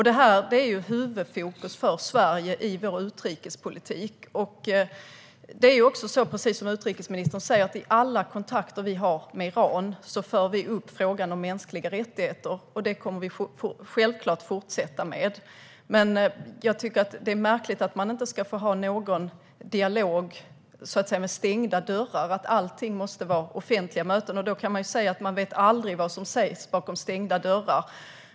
Detta är huvudfokus för Sverige i vår utrikespolitik. Det är också så, precis som utrikesministern säger, att vi i alla kontakter vi har med Iran för upp frågan om mänskliga rättigheter. Det kommer vi självklart att fortsätta med. Men jag tycker att det är märkligt att man inte ska få ha någon dialog med stängda dörrar och att allting måste vara offentliga möten. Då kan man säga: Man vet aldrig vad som sägs bakom stängda dörrar.